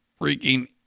freaking